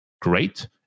great